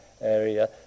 area